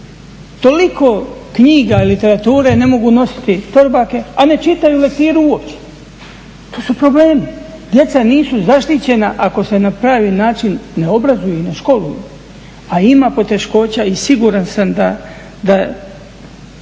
Toliko knjiga literature ne mogu nositi torbake, a ne čitaju lektiru uopće. To su problemi. Djeca nisu zaštićena ako se na pravi način ne obrazuju i ne školuju, a ima poteškoća i siguran sam da